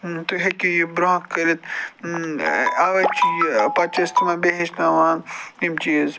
تُہۍ ہیٚکِو یہِ برونٛہہ کٔرِتھ اَوَے چھِ یہِ پَتہٕ چھِ أسۍ تِمَن بیٚیہِ ہیٚچھناوان یِم چیٖز